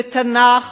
תנ"ך,